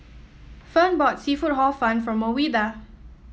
Fern bought seafood Hor Fun for Ouida